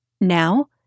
Now